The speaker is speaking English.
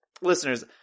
Listeners